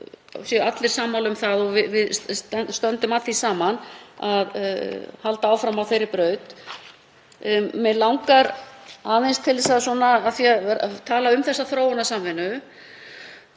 að allir séu sammála um það og við stöndum að því saman að halda áfram á þeirri braut. Mig langar aðeins að tala um þróunarsamvinnu.